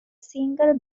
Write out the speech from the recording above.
single